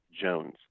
Jones